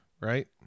Right